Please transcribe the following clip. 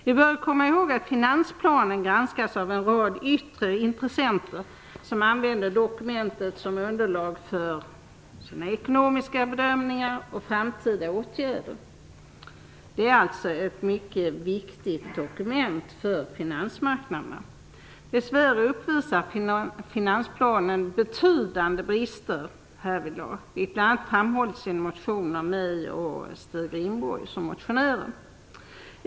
Vi bör komma ihåg att finansplanen granskas av en rad yttre intressenter som använder dokumentet som underlag för sina ekonomiska bedömningar och framtida åtgärder. Finansplanen är alltså ett mycket viktigt dokument för finansmarknaden. Dess värre uppvisar finansplanen betydande brister härvidlag, vilket framhålls i en motion av mig och Stig Rindborg.